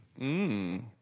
Mmm